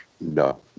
no